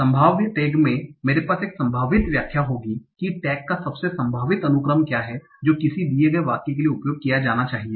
संभाव्य टैगिंग में मेरे पास एक संभावित व्याख्या होगी कि टैग का सबसे संभावित अनुक्रम क्या है जो किसी दिए गए वाक्य के लिए उपयोग किया जाना चाहिए